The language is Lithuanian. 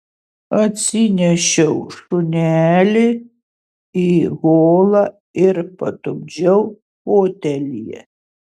atsinešiau šunelį į holą ir patupdžiau fotelyje